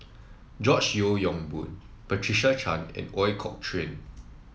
George Yeo Yong Boon Patricia Chan and Ooi Kok Chuen